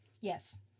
Yes